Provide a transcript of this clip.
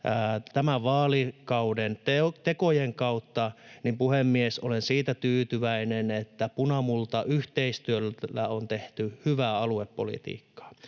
tämän vaalikauden tekojen kautta, niin, puhemies, olen siitä tyytyväinen, että punamultayhteistyöllä on tehty hyvää aluepolitiikkaa.